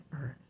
earth